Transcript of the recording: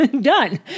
Done